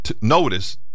Notice